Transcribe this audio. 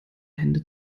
hände